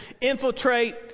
infiltrate